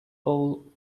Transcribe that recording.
all